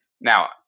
Now